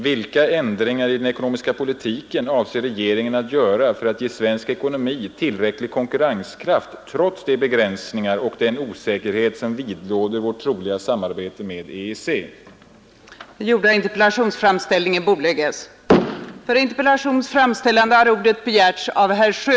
Vilka ändringar i den ekonomiska politiken avser regeringen att göra för att ge svensk ekonomi tillräcklig konkurrenskraft trots de begränsningar och den osäkerhet som vidlåder vårt troliga samarbete med EEC?